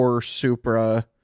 Supra